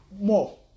more